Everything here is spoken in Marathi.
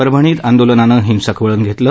परभणीत आंदोलनानं हिंसक वळण घेतलं